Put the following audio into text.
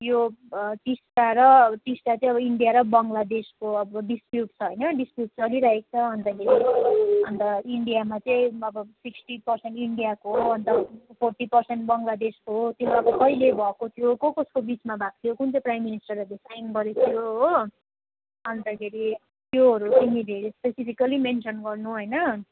यो टिस्टा र अब टिस्टा चाहिँ अब इन्डिया र बङ्ग्लादेशको अब डिस्प्युट छ होइन डिस्प्युट चलिरहेको छ अन्तखेरि अन्त इन्डियामा चाहिँ अब सिक्स्टी पर्सेन्ट इन्डियाको अन्त फोर्टी पर्सेन्ट बङ्ग्लादेशको हो त्यो अब कहिले भएको थियो कसकसको बिचमा भएको थियो कुनै चाहिँ प्राइम मिनिस्टरहरूले साइन गरेको थियो हो अन्तखेरि त्योहरू तिमीले स्पेसिफिकली मेन्सन गर्नु होइन